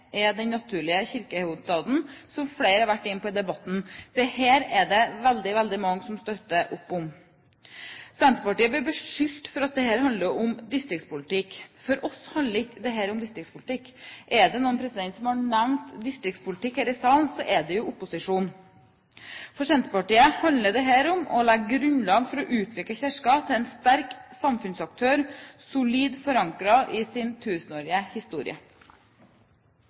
den naturlige kirkehovedstaden, noe flere har vært inne på i debatten. Dette er det veldig mange som støtter opp om. Senterpartiet blir beskyldt for at dette handler om distriktspolitikk. For oss handler ikke dette om distriktspolitikk. Er det noen som har nevnt distriktspolitikk her i salen, er det opposisjonen. For Senterpartiet handler dette om å legge grunnlag for å utvikle Kirken til en sterk samfunnsaktør, solid forankret i sin tusenårige historie.